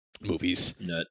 movies